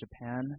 Japan